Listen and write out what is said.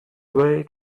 way